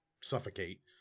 suffocate